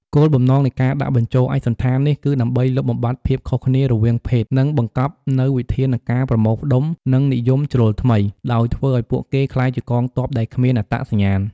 គោលបំណងនៃការដាក់បញ្ចូលឯកសណ្ឋាននេះគឺដើម្បីលុបបំបាត់ភាពខុសគ្នារវាងភេទ និងបង្កប់នូវវិធានការប្រមូលផ្តុំ និងនិយមជ្រុលថ្មី ដោយធ្វើឱ្យពួកគេក្លាយជាកងទ័ពដែលគ្មានអត្តសញ្ញាណ។